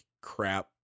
crap